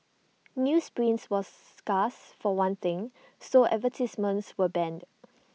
newsprint was scarce for one thing so advertisements were banned